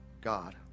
God